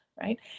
right